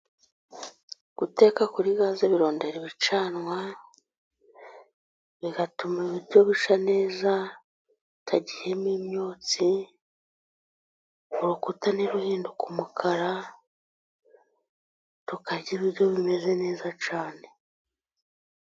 Guteka kuri gaze birondera ibicanwa bigatuma ibiryo bisha neza bitagiyemo imyotsi, urukuta ntiruhinduka umukara tukarya ibiryo bimeze neza cyane.